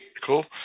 cool